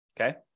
Okay